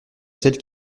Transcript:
celle